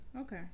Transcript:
Okay